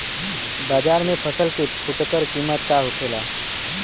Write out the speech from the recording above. बाजार में फसल के फुटकर कीमत का होखेला?